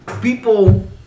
people